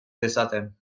dezaten